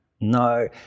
No